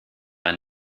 ein